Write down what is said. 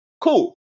Cool